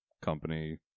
company